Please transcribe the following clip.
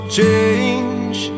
change